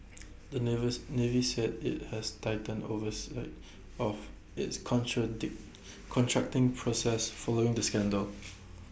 the navy's navy said IT has tightened oversight of its contracting process following the scandal